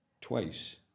twice